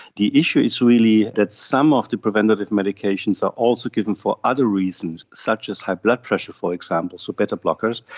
the issue is really that some of the preventative medications are also given for other reasons, such as high blood pressure, for example, so beta-blockers,